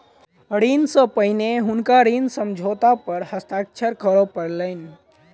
ऋण सॅ पहिने हुनका ऋण समझौता पर हस्ताक्षर करअ पड़लैन